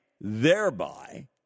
thereby